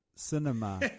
cinema